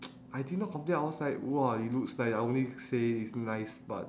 I did not complain I was like !wah! it looks nice I only say is nice but